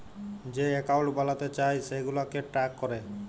যে একাউল্ট বালাতে চায় সেগুলাকে ট্র্যাক ক্যরে